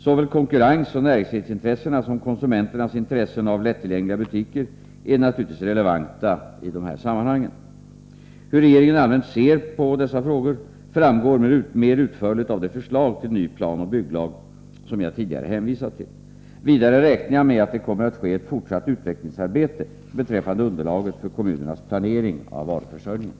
Såväl konkurrensoch näringsfrihetsintressen som konsumenternas intressen av lättillgängliga butiker är naturligtvis relevanta i dessa sammanhang. Hur regeringen allmänt ser på dessa frågor framgår mer utförligt av det förslag till ny planoch bygglag som jag tidigare hänvisat till. Vidare räknar jag med att det kommer att ske ett fortsatt utvecklingsarbete beträffande underlaget för kommunernas planering av varuförsörjningen.